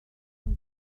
بانم